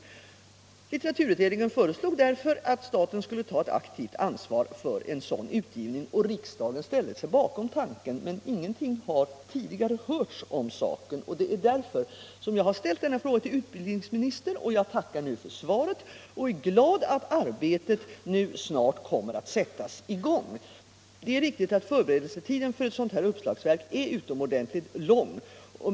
Litteraturutredningen föreslog därför att staten skulle ta ett aktivt ansvar för en sådan utgivning. Riksdagen ställde sig bakom tanken men ingenting har tidigare hörts om saken. Det är därför jag ställt denna fråga till utbildningsministern. Jag tackar nu för svaret och är glad att arbetet snart kommer att sättas i gång. Det är riktigt att förberedelsetiden för ett sådant här uppslagsverk är utomordentligt lång.